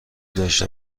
داشته